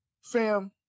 Fam